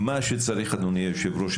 אדוני היושב-ראש,